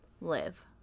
live